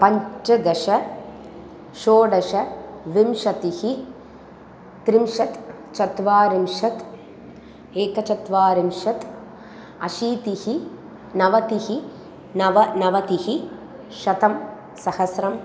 पञ्चदश षोडश विंशतिः त्रिंशत् चत्वारिंशत् एकचत्वारिंशत् अशीतिः नवतिः नवनवतिः शतं सहस्रम्